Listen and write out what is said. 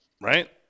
Right